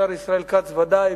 השר ישראל כץ בוודאי,